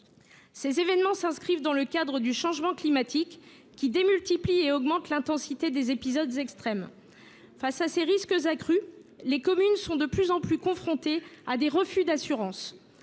Ces événements s’inscrivent dans le cadre du changement climatique, qui démultiplie et augmente l’intensité des épisodes extrêmes. Face à ces risques accrus, les communes sont de plus en plus confrontées à des refus d’assurance.